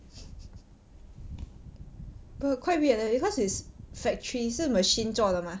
but quite weird leh because it's factory 是 machine 做的 mah